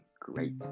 great